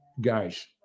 guys